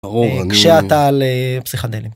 ‫ברור, רק שאתה על פסיכדלים.